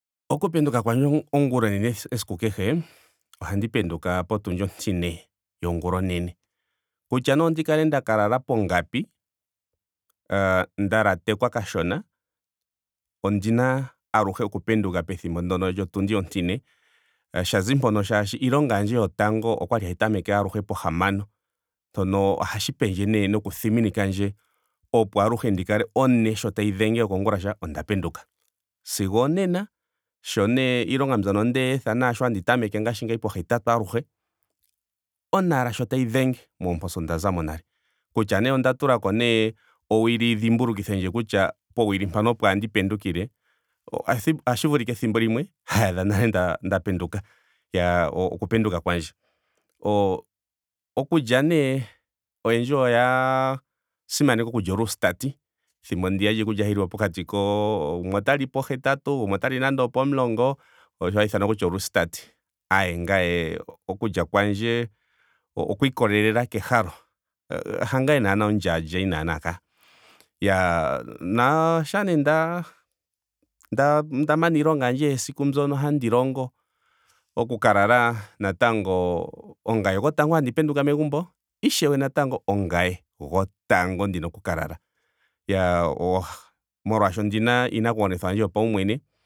Oku penduka kwandje ongula onene esiku kehe ohandi penduka potundi ontine yongula onene. Kutya nee ndi kale ndaka lala pongapi. aah nda latekwa kashona. ondina aluhe oku penduka pethimbo ndyoa lyotundi ontine. shazai mpono shaashi iilonga yandje yotango okwali hayi tameke aluhe pohamano. Mpono ohashi pendje nee noku thiminikandje opo aluhe ndi kale sho one tayi dhenge yokoongulasha onda penduka. Sigo onene sho nee iilonga mbyono ndeyi etha. naasho handi tameke ngaashingeyi pohetatu aluhe. one ashike sho tayi dhenge moomposi onda zamo nale. Kutya nee onda tulako owili yi dhimbulukithendje kutya powili mpano opo handi pendukile. ohashi vulika ethimbo limwe hayi adha nale nda penduka. Iyaa oku penduka kwandje. O- okulya nee oyendji oya simaneka okulya olusitati thimbo ndiya lyiikulya hayi liwa pokati ko. gumwe otali pohetatu. gumwe otali nando opomulongo. osho hashiithanwa kutya olusitati. aaye ngame oku lya kwandje okwa ikolelela kehalo. Hangame naa omulyaalyayi naana kaa. Iyaa naa shaa nee nda- nda mana iilonga yandje yesiku mbyono handi longo. oku ka lala natango ongame gotango handi penduka megumbo. na ishewe onga gotango ndina oku ka lala. Iyaa molwaashoka ondina iinakugwanitha yandje yopaumwene